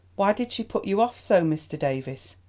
why did she put you off so, mr. davies?